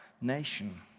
nation